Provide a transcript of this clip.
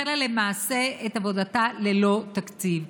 החלה למעשה את עבודתה ללא תקציב.